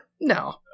No